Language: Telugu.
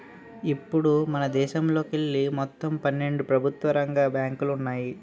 ఇప్పుడు మనదేశంలోకెళ్ళి మొత్తం పన్నెండు ప్రభుత్వ రంగ బ్యాంకులు ఉన్నాయి